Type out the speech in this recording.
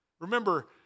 Remember